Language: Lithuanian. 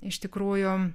iš tikrųjų